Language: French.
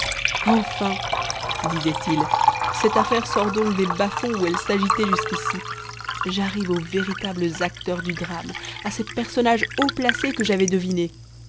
enfin disait-il cette affaire sort donc des bas-fonds où elle s'agitait jusqu'ici j'arrive aux véritables acteurs du drame à ces personnages haut placés que j'avais devinés